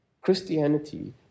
Christianity